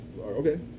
okay